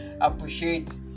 appreciate